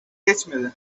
geçmedi